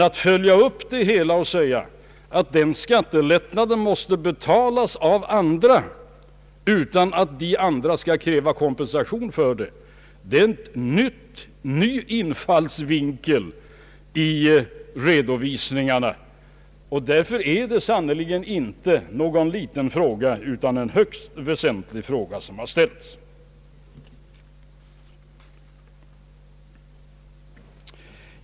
Att följa upp det hela och säga att skattelättnaden måste betalas av andra utan att de andra skall kräva kompensation för detta är en ny infallsvinkel. Därför är det sannerligen inte någon liten fråga utan en högst väsentlig fråga som har ställts.